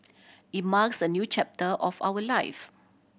it marks a new chapter of our life